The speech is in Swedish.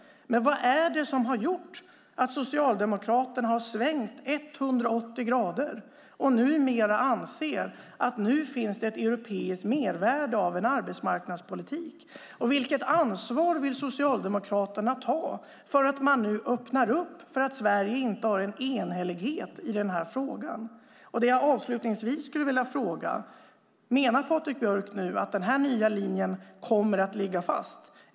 Men vad är det som har gjort att Socialdemokraterna har svängt 180 grader och numera anser att det finns ett europeiskt mervärde av en arbetsmarknadspolitik? Vilket ansvar vill Socialdemokraterna ta när man nu öppnar för att Sverige inte har en enhällighet i den här frågan? Avslutningsvis skulle jag vilja fråga om Patrik Björck menar att den här nya linjen kommer att ligga fast.